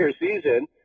season